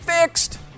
fixed